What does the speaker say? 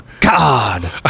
God